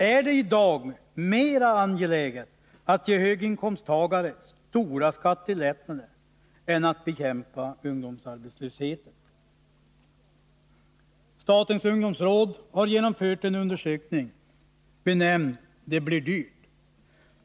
Är det i dag mera angeläget att ge höginkomsttagare stora skattelättnader än att bekämpa ungdomsarbetslösheten? Statens ungdomsråd har genomfört en undersökning benämnd ”Det blir för dyrt”.